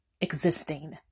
existing